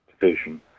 division